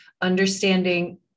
understanding